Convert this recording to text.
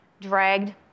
dragged